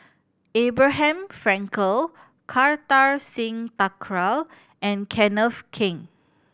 Abraham Frankel Kartar Singh Thakral and Kenneth Keng